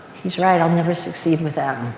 he's right. i'll never succeed without him.